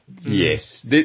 Yes